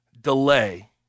delay